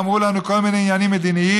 ואמרו לנו כל מיני עניינים מדיניים.